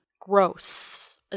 gross